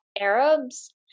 Arabs